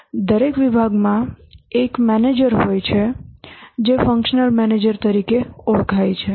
દરેક વિભાગમાં એક મેનેજર હોય છે જે ફંક્શનલ મેનેજર તરીકે ઓળખાય છે